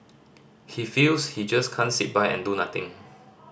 he feels he just can't sit by and do nothing